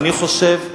איך קראת להם?